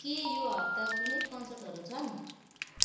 के यो हप्ता कुनै कन्सर्टहरू छन्